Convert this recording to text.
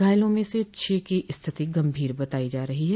घायलों में छह की स्थिति गंभीर बताई जा रही है